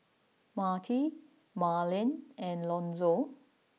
Matie Marlen and Lonzo